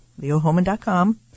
leohoman.com